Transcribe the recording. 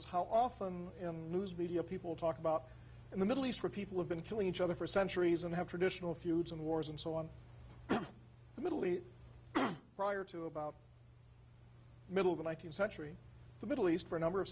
is how often in news media people talk about in the middle east where people have been killing each other for centuries and have traditional feuds and wars and so on the middle east prior to about middle of the nineteenth century the middle east for a number of